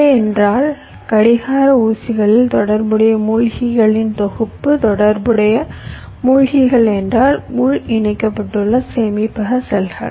உள்ளே என்றால் கடிகார ஊசிகளில் தொடர்புடைய மூழ்கிகளின் தொகுப்பு தொடர்புடைய மூழ்கிகள் என்றால் உள் இணைக்கப்பட்டுள்ள சேமிப்பக செல்கள்